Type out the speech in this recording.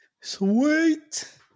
Sweet